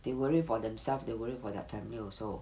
they worry for themselves they worry for their family also